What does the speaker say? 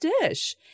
dish